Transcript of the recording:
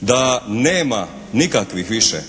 da nema nikakvih više